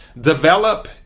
Develop